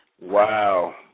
Wow